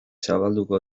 zabalduko